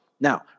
Now